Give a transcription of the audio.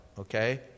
Okay